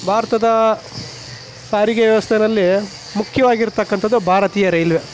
ಭಾರತದ ಸಾರಿಗೆ ವ್ಯವಸ್ಥೆಯಲ್ಲಿ ಮುಖ್ಯವಾಗಿರತಕ್ಕಂಥದ್ದು ಭಾರತೀಯ ರೈಲ್ವೆ